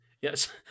Yes